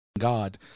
God